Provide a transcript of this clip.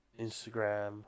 Instagram